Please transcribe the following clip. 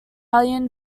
italian